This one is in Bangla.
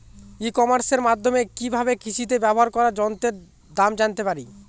ই কমার্সের মাধ্যমে কি ভাবে কৃষিতে ব্যবহার করা যন্ত্রের দাম জানতে পারি?